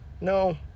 No